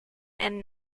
and